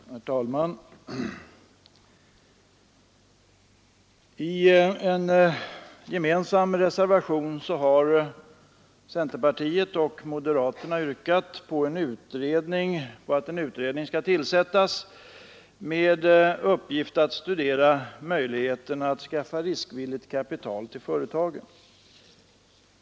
Herr talman! I en gemensam reservation har centern och moderaterna yrkat på att en utredning skall tillsättas med uppgift att studera möjligheterna att skaffa riskvilligt kapital till företagen.